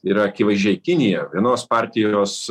yra akivaizdžiai kinija vienos partijos